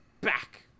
back